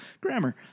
Grammar